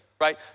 right